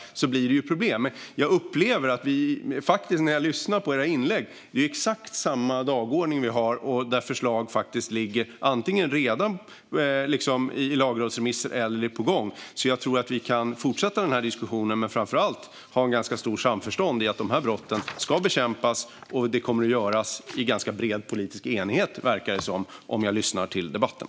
När jag lyssnar på ledamöternas inlägg upplever jag att vi har exakt samma dagordning. Förslag ligger antingen redan i lagrådsremisser eller är på gång. Jag tror att vi kan fortsätta denna diskussion och, framför allt, ha ganska stort samförstånd i att dessa brott ska bekämpas. Det kommer att göras i ganska bred politisk enighet, verkar det som när jag lyssnar till debatten.